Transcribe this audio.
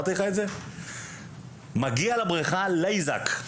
מגיע לבריכה לייזק.